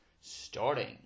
starting